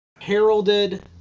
heralded